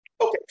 Okay